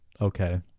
okay